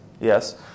yes